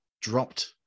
dropped